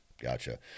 Gotcha